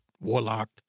warlock